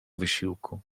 wysiłku